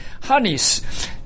harness